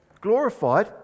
Glorified